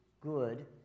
good